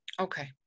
Okay